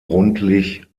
rundlich